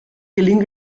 gelingt